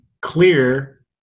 clear